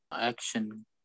action